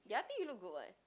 ya I think you look good [what]